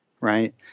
Right